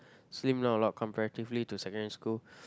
slim down a lot comparatively to secondary school